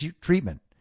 treatment